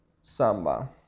Samba